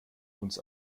uns